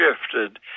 shifted